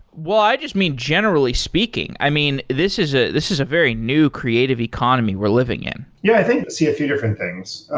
well, i just mean generally speaking. i mean, this is ah this is a very new creative economy we're living in yeah, i think see a few different things.